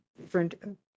different